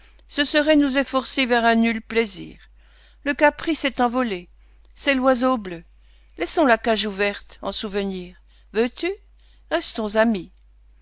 ce serait nous efforcer vers un nul plaisir le caprice est envolé c'est l'oiseau bleu laissons la cage ouverte en souvenir veux-tu restons amis